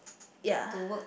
ya